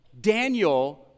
Daniel